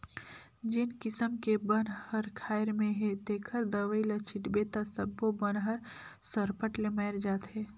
जेन किसम के बन हर खायर में हे तेखर दवई ल छिटबे त सब्बो बन हर सरपट ले मर जाथे